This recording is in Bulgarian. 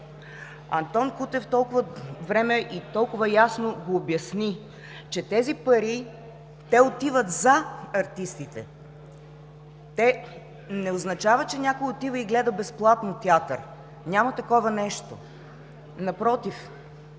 Антон Кутев с толкова време и толкова ясно го обясни, че тези пари отиват за артистите. Не означава, че някой отива и гледа безплатно театър. Няма такова нещо, напротив.